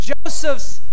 Joseph's